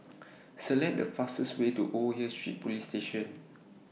Select The fastest Way to Old Hill Street Police Station